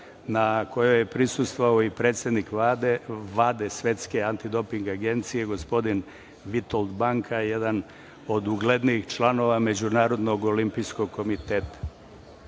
na kojem je prisustvovao i predsednik Vlade Svetske antidoping agencije gospodin Vitold Banjka, jedan od uglednijih članova Međunarodnog olimpijskog komiteta. Moram